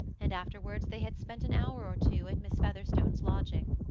and afterwards they had spent an hour or two at miss featherstone's lodgings.